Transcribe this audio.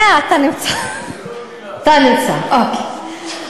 אתה נמצא, אוקיי.